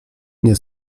nie